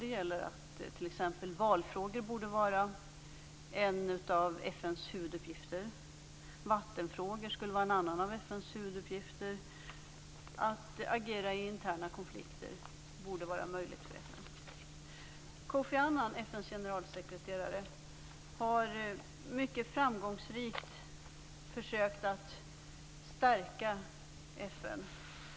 Det gäller t.ex. att valfrågor borde vara en av FN:s huvuduppgifter, att vattenfrågor skulle vara en annan av FN:s huvuduppgifter samt att det borde vara möjligt för FN att agera i interna konflikter. Kofi Annan, FN:s generalsekreterare, har mycket framgångsrikt försökt att stärka FN.